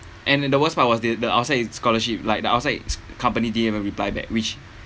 and the worst part was the the outside it's scholarship like the outside company didn't even reply back which